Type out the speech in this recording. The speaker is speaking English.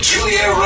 Julia